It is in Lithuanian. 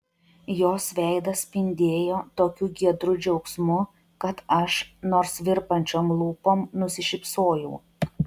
jos veidas spindėjo tokiu giedru džiaugsmu kad aš nors virpančiom lūpom nusišypsojau